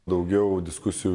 daugiau diskusijų